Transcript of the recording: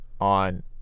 on